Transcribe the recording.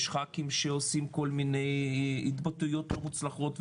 יש ח"כים שיש להם כל מיני התבטאויות לא מוצלחות.